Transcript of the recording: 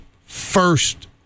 first